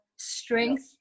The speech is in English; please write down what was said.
strength